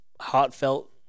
heartfelt